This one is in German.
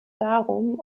darum